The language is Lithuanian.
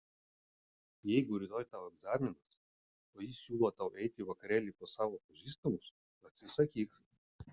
jeigu rytoj tau egzaminas o jis siūlo tau eiti į vakarėlį pas savo pažįstamus atsisakyk